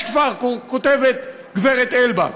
יש כפר, כותבת גברת אלבק.